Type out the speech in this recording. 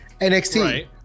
NXT